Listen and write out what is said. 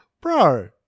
Bro